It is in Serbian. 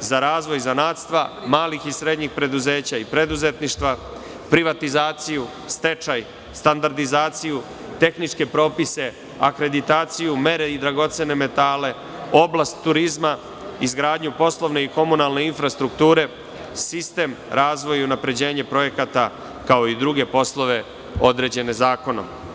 za razvoj zanatstva, malih i srednjih preduzeća, i preduzetništva, i privatizaciju, stečaj standardizaciju, tehničke propise, akreditaciju, mere i dragocene metale, oblast turizma, izgradnju komunalne i poslovne infrastrukture, sistem razvoju unapređenja projekata, kao i druge poslove određene zakonom.